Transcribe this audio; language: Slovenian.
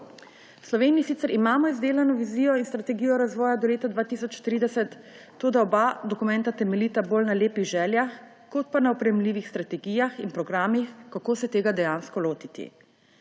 V Sloveniji sicer imamo izdelano vizijo in strategijo razvoja do leta 2030, toda oba dokumenta temeljita bolj na lepih željah kot pa na oprijemljivih strategijah in programih, kako se tega dejansko lotiti.